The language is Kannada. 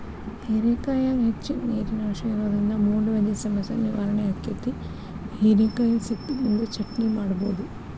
ಹೇರೆಕಾಯಾಗ ಹೆಚ್ಚಿನ ನೇರಿನಂಶ ಇರೋದ್ರಿಂದ ಮೂಲವ್ಯಾಧಿ ಸಮಸ್ಯೆ ನಿವಾರಣೆ ಆಕ್ಕೆತಿ, ಹಿರೇಕಾಯಿ ಸಿಪ್ಪಿನಿಂದ ಚಟ್ನಿ ಮಾಡಬೋದು